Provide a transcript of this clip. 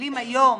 שמקבלים היום